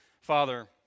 Father